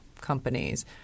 companies